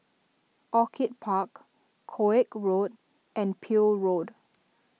Orchid Park Koek Road and Peel Road